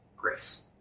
grace